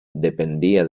dependía